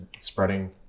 spreading